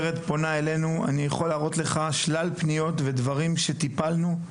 אני יכול להראות לך שלל פניות ודברים שטיפלנו.